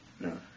No